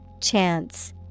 Chance